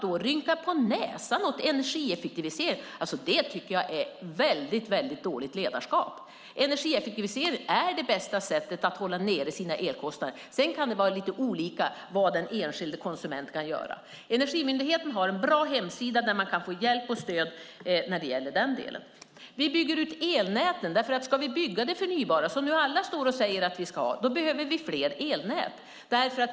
Att då rynka på näsan åt energieffektivisering tycker jag är väldigt dåligt ledarskap. Energieffektivisering är det bästa sättet att hålla nere sina elkostnader. Sedan kan det vara lite olika vad den enskilde konsumenten kan göra. Energimyndigheten har en bra hemsida där man kan få hjälp och stöd i den delen. Vi bygger ut elnäten. Ska vi bygga det förnybara, som nu alla står och säger att vi ska, behöver vi fler elnät.